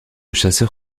chasseur